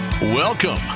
Welcome